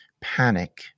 panic